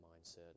mindset